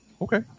Okay